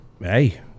hey